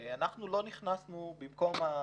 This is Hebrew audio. בוקר טוב.